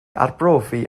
arbrofi